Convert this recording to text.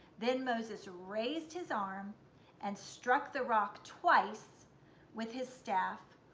then moses raised his arm and struck the rock twice with his staff,